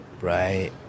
Right